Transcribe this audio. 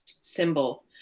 symbol